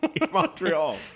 Montreal